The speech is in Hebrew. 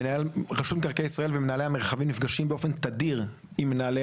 מנהל רשות מקרקעי ישראל ומנהלי המרחבים נפגשים באופן תדיר עם מנהלי